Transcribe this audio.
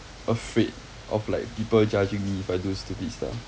afraid of like people judging me if I do stupid stuff